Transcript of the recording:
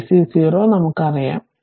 അതിനാൽ ഞങ്ങൾക്ക് v0 അറിയാം